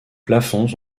plafonds